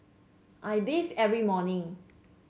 I bathe every morning